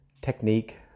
technique